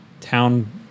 town